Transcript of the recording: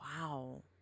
Wow